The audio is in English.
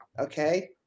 Okay